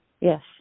Yes